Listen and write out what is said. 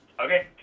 Okay